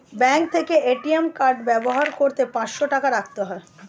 bank থেকে ATM card ব্যবহার করতে পাঁচশো টাকা রাখতে হয়